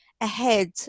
ahead